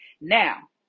Now